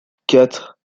quatre